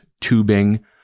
tubing